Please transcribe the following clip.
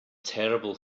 terrible